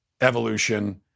evolution